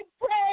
pray